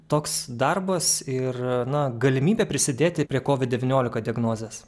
toks darbas ir na galimybė prisidėti prie kovid devyniolika diagnozės